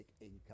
income